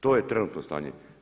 To je trenutno stanje.